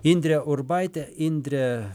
indrė urbaitė indre